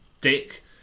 dick